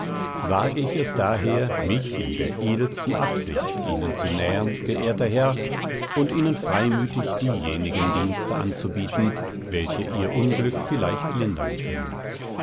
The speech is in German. wage ich es daher mich in der edelsten absicht ihnen zu nähern geehrter herr und ihnen freimütig diejenigen dienste anzubieten welche ihr unglück vielleicht lindern können